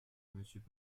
monsieur